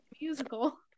Musical